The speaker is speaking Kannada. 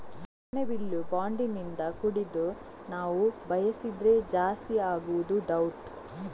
ಖಜಾನೆ ಬಿಲ್ಲು ಬಾಂಡಿನಿಂದ ಕೂಡಿದ್ದು ನಾವು ಬಯಸಿದ್ರೆ ಜಾಸ್ತಿ ಆಗುದು ಡೌಟ್